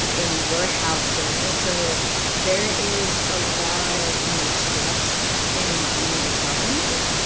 in warehouses. and so there is a lot of mistrust in in the government.